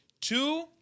Two